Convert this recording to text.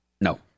No